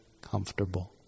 comfortable